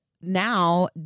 now